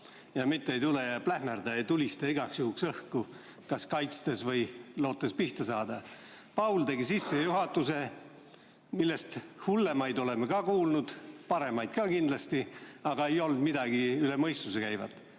mitte ei tule ja ei plähmerda ega tulista igaks juhuks õhku, kas kaitstes või lootes pihta saada. Paul tegi sissejuhatuse, millest hullemaidki oleme kuulnud, paremaid ka kindlasti, aga see ei olnud midagi üle mõistuse käivat.